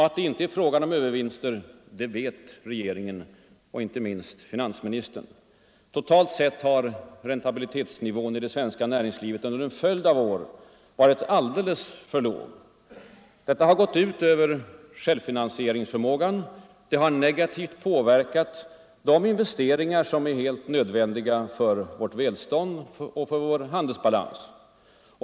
Att det inte är fråga om övervinster vet regeringen, inte minst finansministern. Totalt sett har räntabilitetsnivån i det svenska näringslivet under en följd av år varit alldeles för låg. Det har gått ut över självfinansieringsförmågan, och det har negativt påverkat de investeringar som är helt nödvändiga för vårt välstånd och vår handelsbalans.